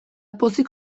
pozik